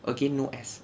again no S